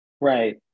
Right